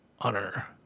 Honor